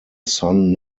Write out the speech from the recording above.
son